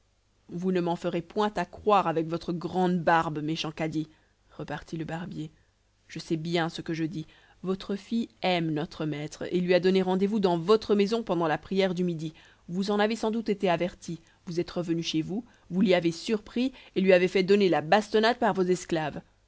vous ne m'en ferez point accroire avec votre grande barbe méchant cadi repartit le barbier je sais bien ce que je dis votre fille aime notre maître et lui a donné rendez-vous dans votre maison pendant la prière du midi vous en avez sans doute été averti vous êtes revenu chez vous vous l'y avez surpris et lui avez fait donner la bastonnade par vos esclaves